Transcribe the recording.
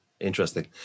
interesting